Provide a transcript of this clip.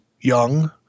young